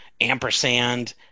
ampersand